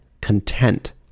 content